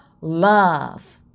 love